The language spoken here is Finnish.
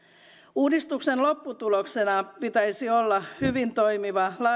uudistuksen lopputuloksena pitäisi olla hyvin toimiva